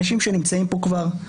אנשים שכבר נמצאים פה,